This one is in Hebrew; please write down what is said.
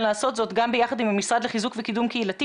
לעשות זאת גם עם המשרד לחיזוק וקידום קהילתי.